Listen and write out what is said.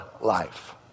life